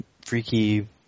freaky